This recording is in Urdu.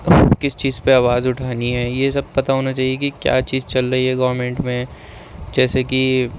کس چیز پے آواز اٹھانی ہے یہ سب پتا ہونا چاہئے کہ کیا چیز چل رہی ہے گورمینٹ میں جیسے کہ